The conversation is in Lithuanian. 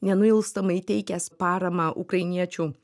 nenuilstamai teikęs paramą ukrainiečių